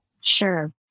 Sure